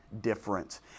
different